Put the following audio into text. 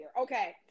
Okay